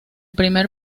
primer